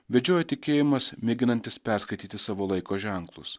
vedžiojo tikėjimas mėginantis perskaityti savo laiko ženklus